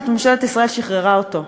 ממשלת ישראל שחררה אותו.